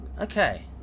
okay